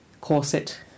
corset